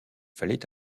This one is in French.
fallait